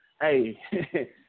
hey